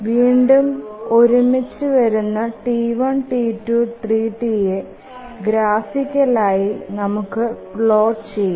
വീണ്ടും ഒരുമിച്ചു വരുന്ന T1 T2 T3യെ ഗ്രാഫിക്കൽ ആയി നമുക്ക് പ്ലോട്ട് ചെയാം